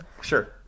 Sure